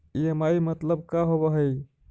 EMI मतलब का होब हइ?